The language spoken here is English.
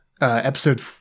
episode